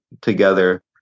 together